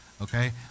okay